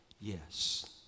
yes